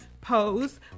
pose